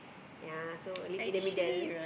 ya so is in the middle